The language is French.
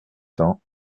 cents